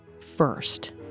first